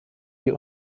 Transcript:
die